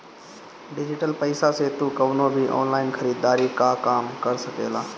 digital पईसा से तू कवनो भी ऑनलाइन खरीदारी कअ काम कर सकेला